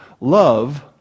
Love